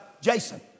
Jason